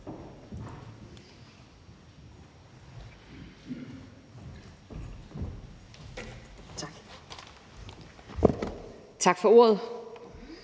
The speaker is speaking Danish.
(S): Tak for ordet.